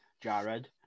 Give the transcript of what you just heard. Jared